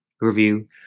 review